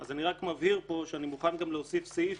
אני רק מבהיר פה שאני מוכן גם להוסיף סעיף